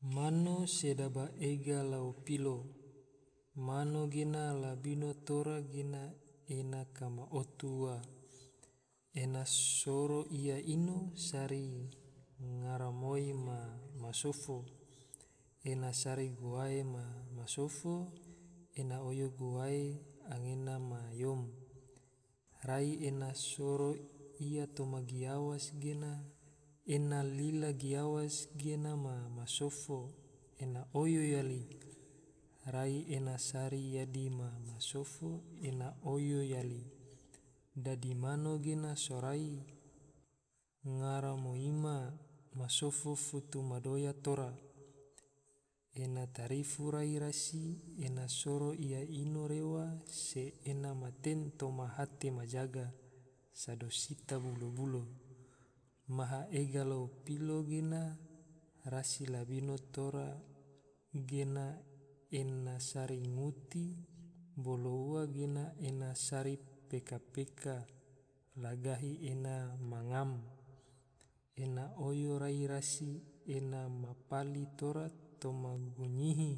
Mano sedaba ega lao pilo, mano gena labino tora gena, ena kama otu ua, ena soro ia ino sari garamoi ma sofo, ena sari guae ma sofo, ena oyo guae anggena ma yom, rai ena soro ia toma giawas gena ena lila giawas gena ma, ma sofo, ena oyo yali, rai ena sari yadi ma sofo, ena oyo yali. dadi mano gena sorai garamoi ma sofo futu ma doya tora, ena tarifu rai rasi ena soro ia ino rewa, se ena ma ten toma hate ma jaga, sodo sita bulo-bulo. maha ega lao pilo gena rasi labino tora gena, ena sari nguti, bolo ua gena ena sari peka-peka, la gahi ena ma ngam, ena oyo rai rasi, ena ma pali tora toma gunyihi